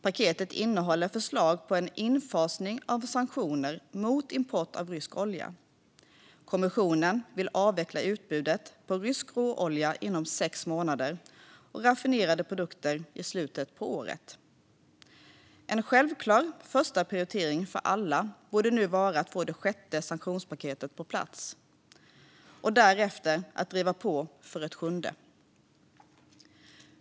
Paketet innehåller förslag om en infasning av sanktioner mot import av rysk olja. Kommissionen vill avveckla utbudet av rysk råolja inom sex månader och av raffinerade produkter i slutet av året. En självklar första prioritering för alla borde nu vara att få det sjätte sanktionspaketet på plats och att därefter driva på för ett sjunde.